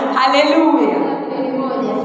hallelujah